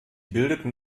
bildeten